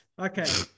Okay